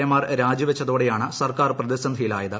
A മാർ രാജിവച്ചതോടെയാണ് സർക്കാർ പ്രതിസന്ധിയിലായത്